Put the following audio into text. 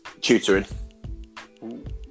Tutoring